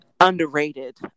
underrated